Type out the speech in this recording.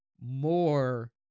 more